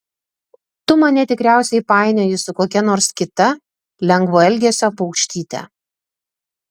tu mane tikriausiai painioji su kokia nors kita lengvo elgesio paukštyte